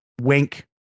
wink